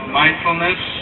mindfulness